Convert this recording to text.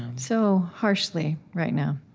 so harshly right now.